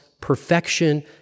perfection